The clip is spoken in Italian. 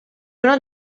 una